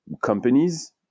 companies